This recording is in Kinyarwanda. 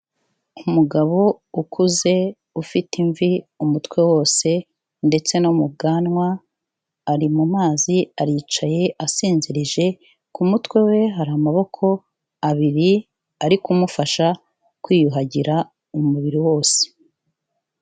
Umugabo ukuze ufite imvi umutwe wose ndetse no mu bwanwa ari mu mazi aricaye asinzirije ku mutwe we hari amaboko abiri ari kumufasha kwiyuhagira umubiri wose.